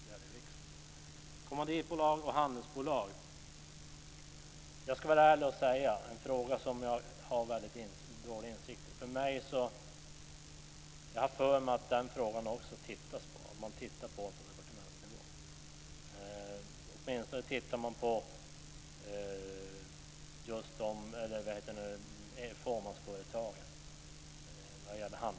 När det gäller kommanditbolag och handelsbolag ska jag vara ärlig och säga att det är en fråga som jag har väldigt dålig insikt i. Jag har för mig att man också tittar på denna fråga på departementsnivå. Åtminstone tittar man på fåmansföretagen, handelsbolagen och sådant - det vet jag.